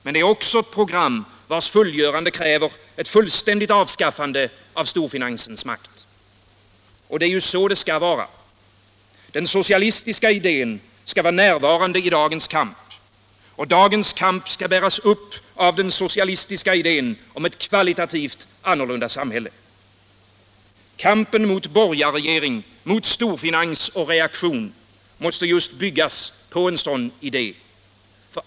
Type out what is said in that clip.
Men det är också ett program, vars fullgörande kräver ett fullständigt avskaffande av storfinansens makt. Och det är ju så det skall vara. Den socialistiska idén skall vara närvarande i dagens kamp. Och dagens kamp skall bäras upp av den socialistiska idén om ett kvalitativt annorlunda samhälle. Kampen mot borgarregering, storfinans och reaktion måste byggas på en sådan idé.